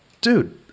dude